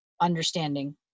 understanding